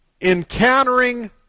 Encountering